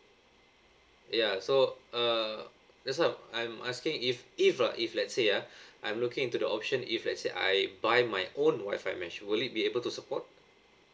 ya so uh that's why I'm asking if if lah if let's say ah I'm looking into the option if let's say I buy my own wifi mesh will it be able to support